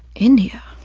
india,